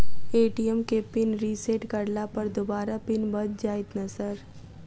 ATM केँ pin reset करला पर दोबारा पिन बन जाइत नै सर?